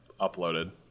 uploaded